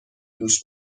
دوش